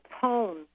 tone